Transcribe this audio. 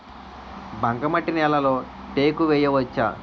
బంకమట్టి నేలలో టేకు వేయవచ్చా?